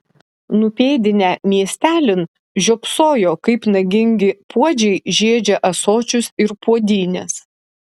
nupėdinę miestelin žiopsojo kaip nagingi puodžiai žiedžia ąsočius ir puodynes